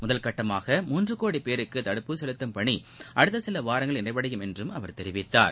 முதல்கட்டமாக மூன்று கோடி பேருக்கு தடுப்பூசி செலுத்தும் பணி அடுத்த சில வாரங்களில் நிறைவடையும் என்றும் அவர் தெரிவித்தார்